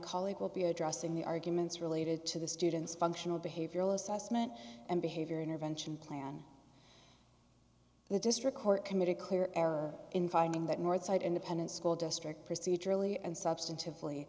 colleague will be addressing the arguments related to the student's functional behavioral assessment and behavior intervention plan the district court committed clear error in finding that northside independent school district procedurally and substantive